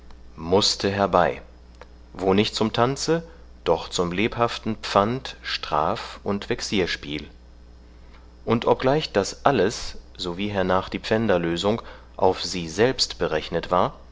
mußte herbei wo nicht zum tanze doch zum lebhaften pfand straf und vexierspiel und obgleich das alles so wie hernach die pfänderlösung auf sie selbst berechnet war